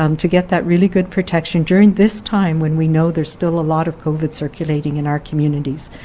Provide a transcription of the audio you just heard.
um to get that really good protection during this time when we know there's still a lot of covid circulating in our communities.